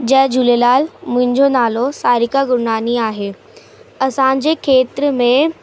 जय झूलेलाल मुंहिंजो नालो सारिका गुरनानी आहे असांजे खेत्र में